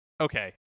Okay